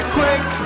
quick